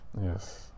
Yes